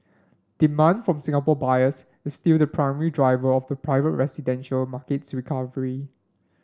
demand from Singapore buyers is still the primary driver of the private residential market's recovery